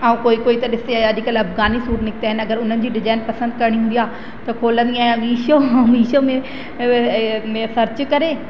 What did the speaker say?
हा कोई कोई त ॾिसे अॼुकल्ह अफ़ग़ानी सूट निकिता आहिनि अगरि उन्हनि जी डिज़ाइन पसंदि ईंदी आहे त खोलींदी आहियां मिशो मिशो में ऐं में सर्च करे